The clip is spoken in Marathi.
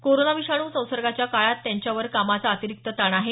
कोरोना विषाणू संसर्गाच्या काळात त्यांच्यावर कामाचा अतिरिक्त ताण आहे